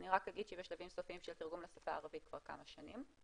אני רק אגיד שהיא בשלבים סופיים של תרגום לשפה הערבית כבר כמה שנים,